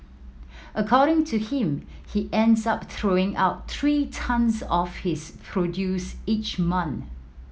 according to him he ends up throwing out three tonnes of his produce each month